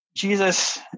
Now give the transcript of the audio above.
Jesus